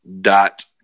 dot